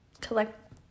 collect